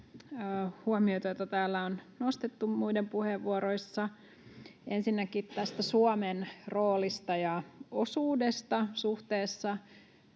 huomioita, mitä täällä on nostettu muiden puheenvuoroissa. Ensinnäkin tästä Suomen roolista ja osuudesta suhteessa